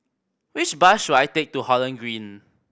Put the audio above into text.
which bus should I take to Holland Green